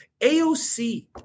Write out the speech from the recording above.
AOC